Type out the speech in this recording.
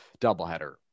doubleheader